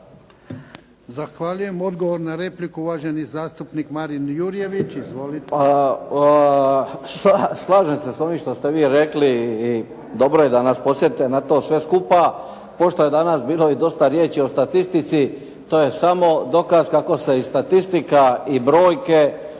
Zahvaljujem. Odgovor na repliku uvaženi zastupnik Marin Jurjević.